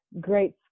great